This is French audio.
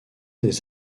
des